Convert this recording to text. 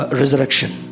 resurrection